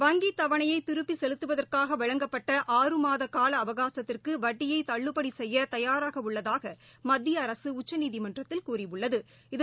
வங்கிதவணையைதிருப்பிசெலுத்துவதற்காகவழங்கப்பட்ட ஆ மாதகாலஅவகாசத்திற்குவட்டியைதள்ளுபடிசெய்யதயாராகஉள்ளதாகமத்தியஅரசுஉச்சநீதிமன்றத்தில் கூறியுள்ளது